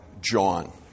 John